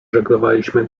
żeglowaliśmy